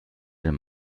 den